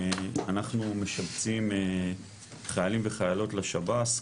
אנחנו משבצים חיילים וחיילות לשב"ס,